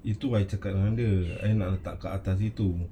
itu I cakap dengan dia I nak letak kat atas situ